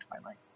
Twilight